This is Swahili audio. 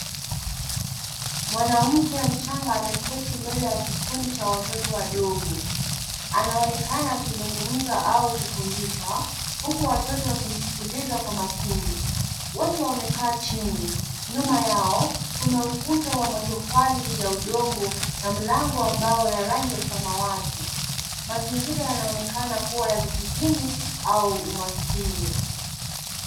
Mwanamke mchanga ameketi mbele ya kikundi cha watoto wadogo. Anaonekana akizungumza au kufundisha, huku watoto wakimsikiliza kwa makini. Wote wamekaa chini. Nyuma yao, kuna ukuta wa matofali ya udongo na mlango wa mbao ya rangi ya samawati. Mazingira yanaonekana kuwa ya vijijini au umaskini.